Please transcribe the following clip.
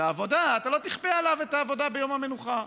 אתה לא תכפה עליו את העבודה ביום המנוחה.